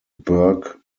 burke